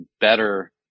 better